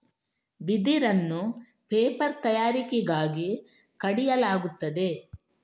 ಬಿದಿರನ್ನು ಪೇಪರ್ ತಯಾರಿಕೆಗಾಗಿ ಕಡಿಯಲಾಗುತ್ತದೆ